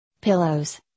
Pillows